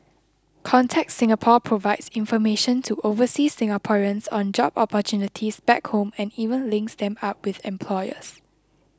contact Singapore provides information to overseas Singaporeans on job opportunities back home and even links them up with employers